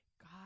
God